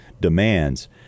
demands